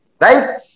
Right